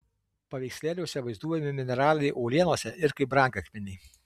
paveikslėliuose vaizduojami mineralai uolienose ir kaip brangakmeniai